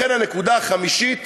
לכן, הנקודה החמישית